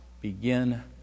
begin